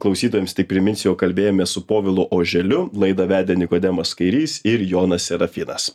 klausytojams priminsiu kalbėjome su povilu oželiu laidą vedė nikodemas kairys ir jonas serafinas